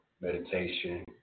meditation